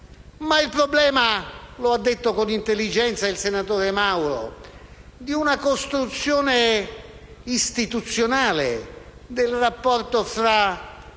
mai. Il problema - come ha detto con intelligenza il senatore Mauro - è la costruzione istituzionale del rapporto tra